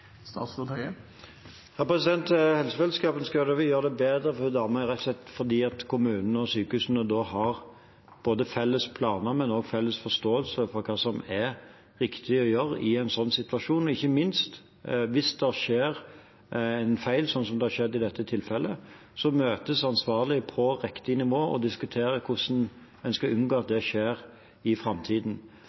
det bedre for den damen rett og slett fordi kommunene og sykehusene da har både felles planer og felles forståelse av hva som er riktig å gjøre i en slik situasjon. Ikke minst hvis det skjer en feil, slik som i dette tilfellet, møtes de ansvarlige på riktig nivå og diskuterer hvordan en skal unngå at det skjer i framtiden.